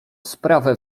sprawę